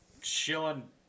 shilling